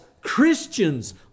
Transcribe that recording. Christians